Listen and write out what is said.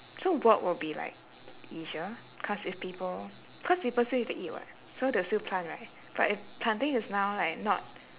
so work would be like leisure cause if people cause people still need to eat [what] so they'll still plant right but if planting is now like not